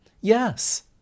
Yes